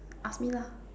ask me lah